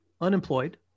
unemployed